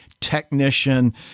technician